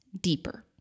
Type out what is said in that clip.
deeper